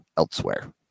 elsewhere